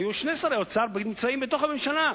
כי הם לא היו עושים מה שביבי אומר להם.